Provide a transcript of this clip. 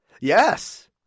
Yes